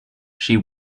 she